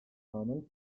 norman